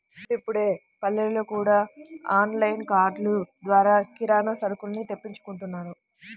ఇప్పుడిప్పుడే పల్లెల్లో గూడా ఆన్ లైన్ ఆర్డర్లు ద్వారా కిరానా సరుకుల్ని తెప్పించుకుంటున్నారు